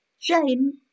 Jane